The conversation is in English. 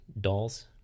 dolls